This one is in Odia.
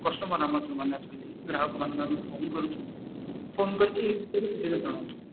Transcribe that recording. କଷ୍ଟମର ଆମର ଯେଉଁମାନେ ଅଛନ୍ତି ଗ୍ରାହକ ମାନଙ୍କୁ ଆମେ ଫୋନ୍ କରୁଛୁ ଫୋନ୍ କରିକି ଜଣାଉଛୁ